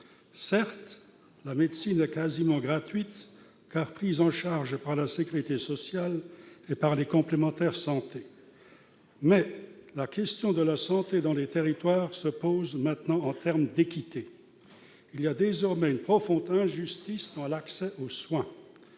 Certes, la médecine est quasiment gratuite, car prise en charge par la sécurité sociale et par les complémentaires santé. Mais la question de la santé dans les territoires se pose maintenant en termes d'équité. Il y a désormais une profonde injustice dans l'accès aux soins